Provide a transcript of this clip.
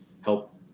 help